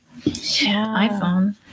iPhone